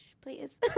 please